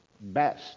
best